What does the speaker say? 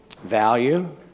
value